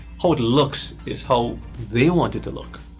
how it looks is how they want it to look!